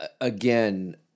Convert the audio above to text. again